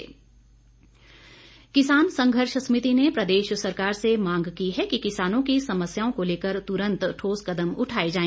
बैठक किसान संघर्ष समिति ने प्रदेश सरकार से मांग की है कि किसानों की समस्याओं को लेकर तुरंत ठोस कदम उठाए जाए